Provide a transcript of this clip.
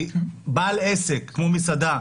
בעל עסק כמו מסעדה,